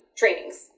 trainings